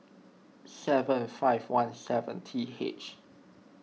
seven five one seven T H